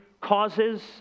causes